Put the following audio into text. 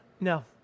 No